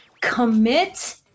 Commit